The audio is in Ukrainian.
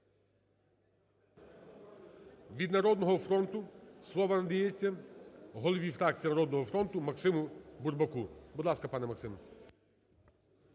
Від "Народного фронту" слово надається голові фракції "Народного фронту" Максиму Бурбаку. Будь ласка, пане Максим.